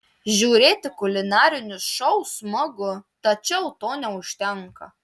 žiūrėti kulinarinius šou smagu tačiau to neužtenka